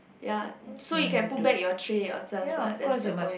ya so you can put back your tray yourself lah that's the point